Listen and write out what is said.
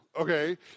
Okay